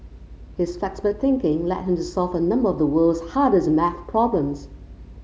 his flexible thinking led him to solve a number of the world's hardest maths problems